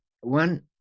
One